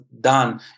done